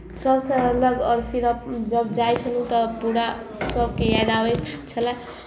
सभसँ अलग आओर फेर अब जब जाइ छलहुँ तऽ पूरा सभके याद आबै छलय